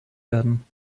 werden